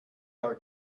our